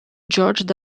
george